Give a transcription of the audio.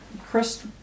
Chris